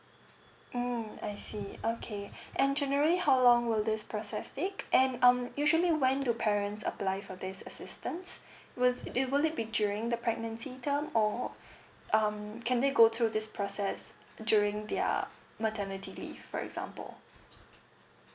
mm I see okay and generally how long will this process take and um usually when do parents apply for this assistance will~ it will it be during the pregnancy term or um can they go through this process during their maternity leave for example